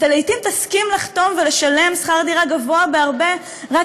אתה לעתים תסכים לחתום ולשלם שכר דירה גבוה בהרבה רק